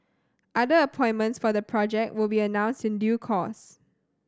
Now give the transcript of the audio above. other appointments for the project will be announced in due course